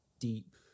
deep